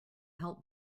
help